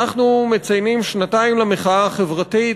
אנחנו מציינים שנתיים למחאה החברתית,